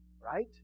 right